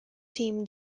team